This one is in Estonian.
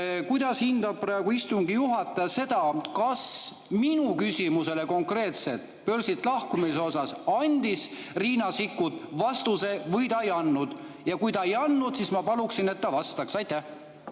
Kuidas hindab istungi juhataja praegu seda, kas minu küsimusele konkreetselt börsilt lahkumise kohta andis Riina Sikkut vastuse või ta ei andnud? Ja kui ta ei andnud, siis ma paluksin, et ta vastaks. Aitäh!